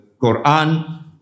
Quran